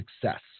success